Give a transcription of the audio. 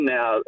Now